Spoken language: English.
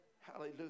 hallelujah